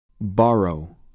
Borrow